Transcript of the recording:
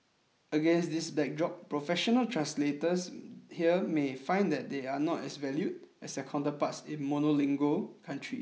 against this backdrop professional translators here may find that they are not as valued as their counterparts in monolingual countries